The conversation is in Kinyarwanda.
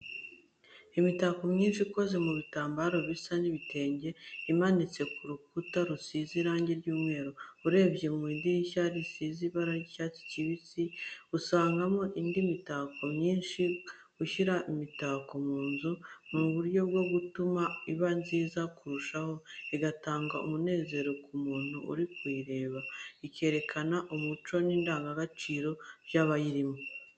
Imitako myinshi ikoze mu bitambaro bisa n'ibitenge, imanitse ku rukuta rusize irangi ry'umweru. Urebeye mu idirishya risize ibara ry'icyatsi kibisi, usangamo indi mitako myinshi. Gushyira imitako mu nzu ni uburyo bwo gutuma iba nziza kurushaho, igatanga umunezero ku muntu uri kuyireba, ikerekana umuco n’indangagaciro by’abayirimo.